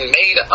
made